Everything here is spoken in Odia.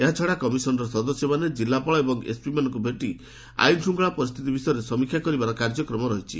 ଏହାଛଡ଼ା କମିଶନର ସଦସ୍ୟମାନେ ଜିଲ୍ଲାପାଳ ଏବଂ ଏସ୍ପିମାନଙ୍କୁ ଭେଟି ଆଇନ ଶୃଙ୍ଖଳା ପରିସ୍ଥିତି ବିଷୟରେ ସମୀକ୍ଷା କରିବାର କାର୍ଯ୍ୟକ୍ରମ ରହିଛି